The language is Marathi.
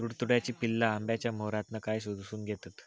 तुडतुड्याची पिल्ला आंब्याच्या मोहरातना काय शोशून घेतत?